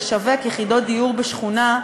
לשווק יחידות דיור בשכונה,